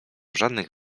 żadnych